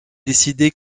décidé